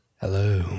Hello